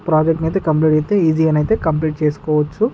ప్రాజెక్ట్ని అయితే కంప్లీట్ అయితే ఈజీగానే అయితే కంప్లీట్ చేసుకోవచ్చు